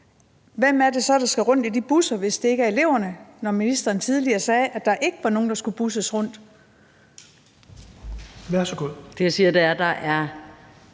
Hvem er det så, der skal rundt i de busser, hvis det ikke er eleverne, når ministeren tidligere sagde, at der ikke var nogen, der skulle busses rundt?